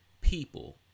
people